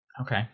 Okay